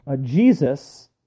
Jesus